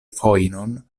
fojnon